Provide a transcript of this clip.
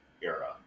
era